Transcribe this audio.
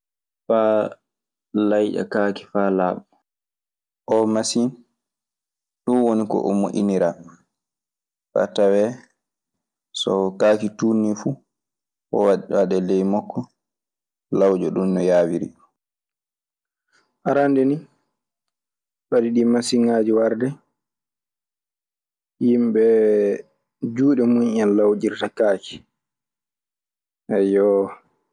Faa layƴa kaaki, faa laaɓa. Oo masiŋ, ɗun woni ko o moƴƴiniraa. Faa tawee so kaake tuunnii fuu, waɗee ley makko, lawƴa ɗun no yaawiri. Arannde ni, fade ɗii masiŋaaji warde, yimɓe juuɗe mun en lawƴirta kaake. Eyyo.